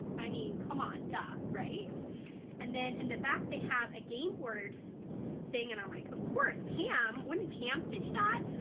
i mean come on duh right and then in the back they have a game word thing and i'm like of course pam wouldn't pam stitch that.